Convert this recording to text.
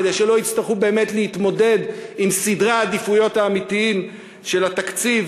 כדי שלא יצטרכו באמת להתמודד עם סדרי העדיפויות האמיתיים של התקציב,